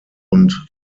und